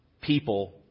people